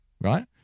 Right